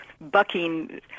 bucking